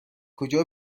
کجا